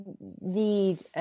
need